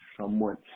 somewhat